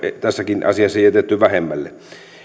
tässäkin asiassa jätetty vähemmälle